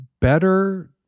better